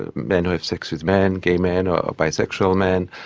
ah men who have sex with men, gay men or bisexual men,